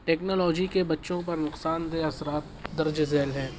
technology کے بچوں پر نقصان دہ اثرات درج ذیل ہیں